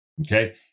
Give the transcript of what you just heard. Okay